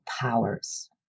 powers